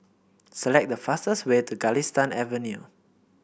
select the fastest way to Galistan Avenue